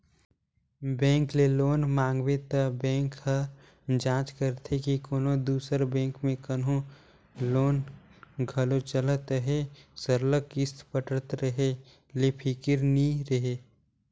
bank ले loan मांगबे त बेंक ह जांच करथे के कोनो दूसर बेंक में कहों लोन घलो चलत अहे सरलग किस्त पटत रहें ले फिकिर नी रहे